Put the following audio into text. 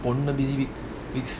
ரொம்ப:romba busy week